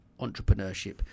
entrepreneurship